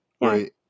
Right